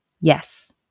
yes